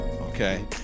Okay